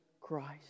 Christ